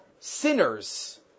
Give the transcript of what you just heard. Sinners